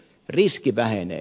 riski vähenee